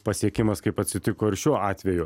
pasiekimas kaip atsitiko ir šiuo atveju